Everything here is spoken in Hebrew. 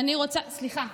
סליחה.